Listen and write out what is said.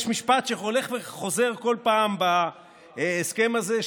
יש משפט שהולך וחוזר כל פעם בהסכם הזה: